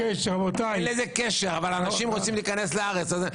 אין לזה קשר, אבל אנשים רוצים להיכנס לארץ.